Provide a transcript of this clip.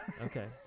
Okay